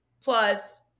Plus